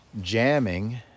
jamming